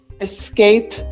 escape